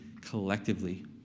collectively